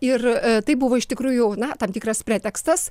ir taip buvo iš tikrųjų na tam tikras pretekstas